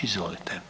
Izvolite.